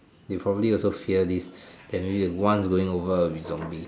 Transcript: they probably also fear this that maybe one is going over will be zombie